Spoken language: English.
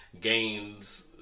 gains